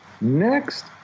Next